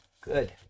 Good